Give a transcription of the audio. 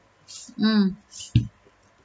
mm